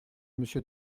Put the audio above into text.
monsieur